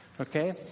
Okay